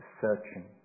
searching